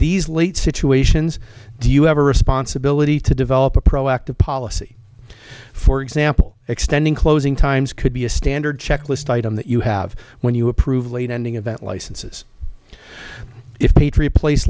these late situations do you have a responsibility to develop a proactive policy for example extending closing times could be a standard checklist item that you have when you approve of late ending event licenses if patriot place